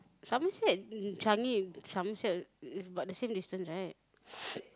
Somerset mm Changi Somerset is about the same distance right